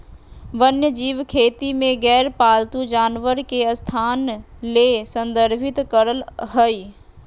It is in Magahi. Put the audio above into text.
वन्यजीव खेती में गैर पालतू जानवर के स्थापना ले संदर्भित करअ हई